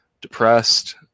depressed